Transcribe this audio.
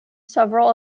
several